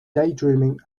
daydreaming